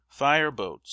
fireboats